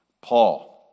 Paul